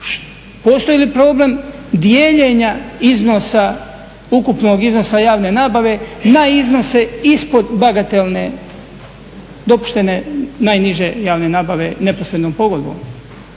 Postoji li problem dijeljenja iznosa, ukupnog iznosa javne nabave na iznose ispod bagatelne dopuštene najniže javne nabave neposrednom pogodbom.